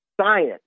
science